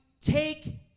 take